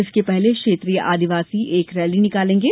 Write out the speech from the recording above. इसके पहले क्षेत्रीय आदिवासी एक रैली निकालेंगे